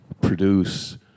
produce